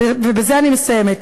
ובזה אני מסיימת.